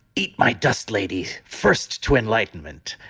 eat my dust ladies, first to enlightenment.